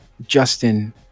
Justin